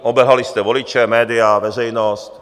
Obelhali jste voliče, média, veřejnost.